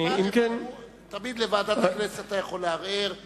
תמיד אתה יכול לערער לוועדת הכנסת,